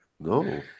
No